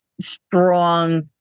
strong